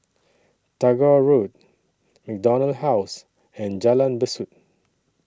Tagore Road MacDonald House and Jalan Besut